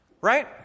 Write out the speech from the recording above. Right